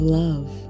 love